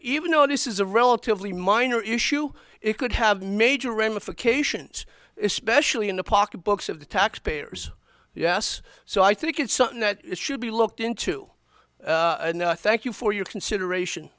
know this is a relatively minor issue it could have major ramifications especially in the pocketbooks of the taxpayers yes so i think it's something that should be looked into and thank you for your consideration